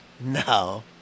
No